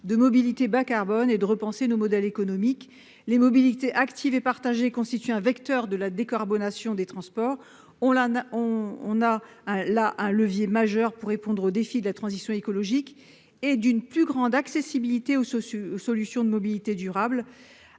de mobilités bas-carbone et de repenser nos modèles économiques. Les mobilités actives et partagées constituent un vecteur de la décarbonation des transports. Nous disposons là d'un levier majeur pour répondre aux défis de la transition écologique et d'une plus grande accessibilité aux solutions de mobilité durable.